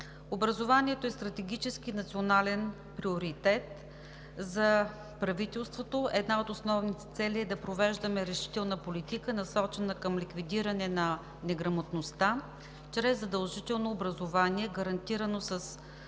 Образованието е стратегически национален приоритет за правителството. Една от основните цели е да провеждаме решителна политика, насочена към ликвидиране на неграмотността чрез задължително образование, гарантирано със силата